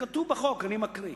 כתוב בחוק, אני מקריא: